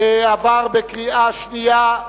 עבר בקריאה שנייה.